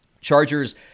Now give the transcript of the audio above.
Chargers-